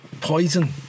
Poison